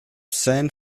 saint